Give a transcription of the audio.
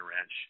Ranch